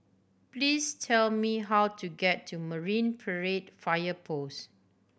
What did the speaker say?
please tell me how to get to Marine Parade Fire Post